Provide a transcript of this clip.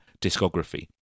discography